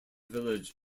village